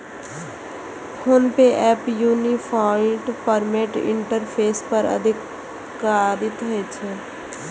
PhonePe app unified payments interface पर आधारित होइ छै